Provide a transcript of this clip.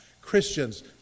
Christians